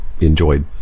enjoyed